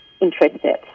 interested